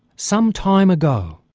sometime ago,